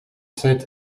sept